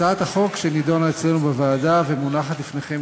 הצעת החוק שנדונה אצלנו בוועדה ומונחת לפניכם